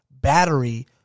battery